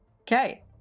Okay